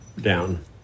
down